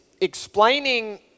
explaining